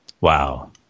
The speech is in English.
Wow